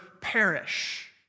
perish